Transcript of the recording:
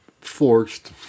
forced